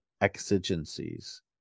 exigencies